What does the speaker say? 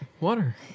water